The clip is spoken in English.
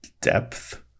depth